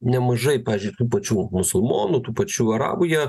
nemažai pažiui tų pačių musulmonų tų pačių arabų jie